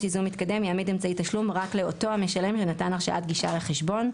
ייזום מתקדם יעמיד אמצעי תשלום רק לאותו המשלם שנתן הרשאת גישה לחשבון.